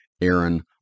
Aaron